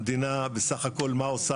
מה המדינה עושה בסך הכול?